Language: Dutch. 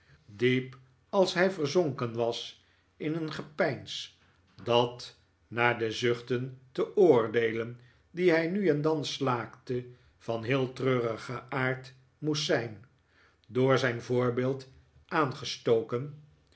diep als hij verzonken was in een gepeins dat naar de zuchten te oordeelen die hij nu en dan slaakte van heel treurigen aard moest zijn door zijn voorbeeld aangestoken